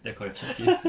third corruption